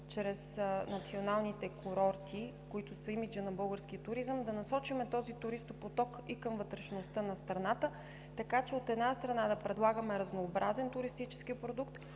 чрез националните си курорти, които са имиджът на българския туризъм, да насочим този туристопоток и към вътрешността на страната, така че, от една страна, да предлагаме разнообразен туристически продукт,